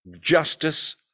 justice